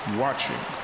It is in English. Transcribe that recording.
watching